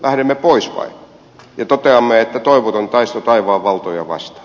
lähdemme pois ja toteamme että toivoton taisto taivaan valtoja vastaan